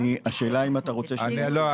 השאלה היא אם אתה רוצה --- לא,